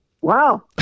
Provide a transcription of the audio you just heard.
Wow